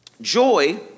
Joy